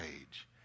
age